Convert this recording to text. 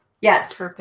Yes